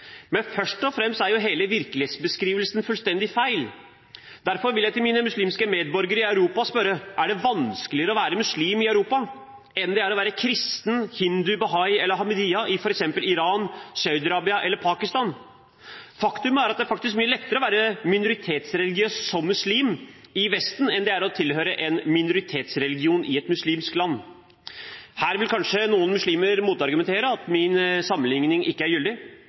Men først og fremst er hele virkelighetsbeskrivelsen fullstendig feil. Derfor vil jeg spørre mine muslimske medborgere i Europa: Er det vanskeligere å være muslim i Europa enn det er å være kristen, hindu, bahai eller Ahmediyya-muslim i f.eks. Iran, Saudi-Arabia eller Pakistan? Faktum er at det er mye lettere å være minoritetsreligiøs muslim i Vesten enn det er å tilhøre en minoritetsreligion i et muslimsk land. Her vil kanskje noen muslimer argumentere mot og si at min sammenligning ikke er gyldig.